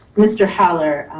mr. holler,